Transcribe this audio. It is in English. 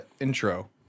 intro